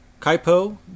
kaipo